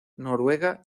noruega